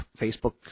Facebook